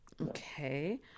Okay